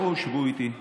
בואו, שבו איתי.